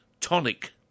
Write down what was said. tonic